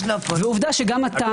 עובדה שגם אתה,